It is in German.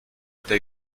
der